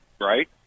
Right